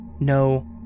No